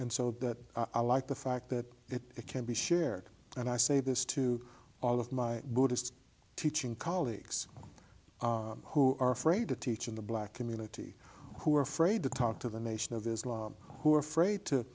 and so that i like the fact that it can be shared and i say this to all of my buddhist teaching colleagues who are afraid to teach in the black community who are afraid to talk to the nation of islam who are afraid to